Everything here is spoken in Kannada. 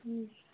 ಹ್ಞೂ